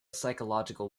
psychological